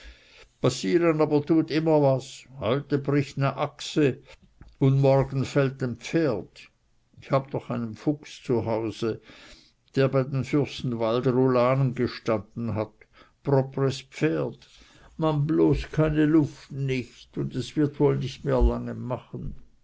passieren tut aber immer was heute bricht ne achse un morgen fällt en pferd ich habe noch einen fuchs zu hause der bei den fürstenwalder ulanen gestanden hat propres pferd man bloß keine luft nich un wird es woll nich lange mehr machen